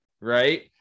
right